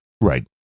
Right